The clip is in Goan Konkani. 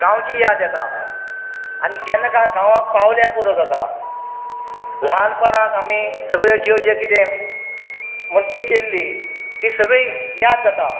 गांवची याद येता आनी केन्ना काय गांवांत पावल्यार पुरो जाता ल्हानपणांत आमी सगळीं ज्यो ज्यो कितें मस्ती केल्ली ती सगळीं याद जाता